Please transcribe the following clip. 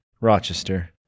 Rochester